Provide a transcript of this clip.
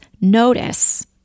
notice